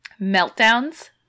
Meltdowns